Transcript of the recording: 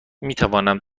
میتوانم